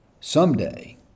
someday